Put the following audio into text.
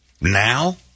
now